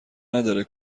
نداره